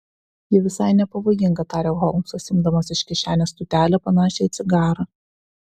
ji visai nepavojinga tarė holmsas imdamas iš kišenės tūtelę panašią į cigarą